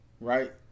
Right